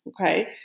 Okay